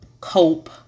cope